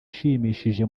ishimishije